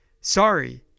Sorry